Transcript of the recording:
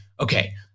okay